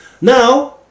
now